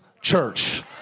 church